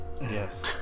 Yes